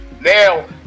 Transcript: Now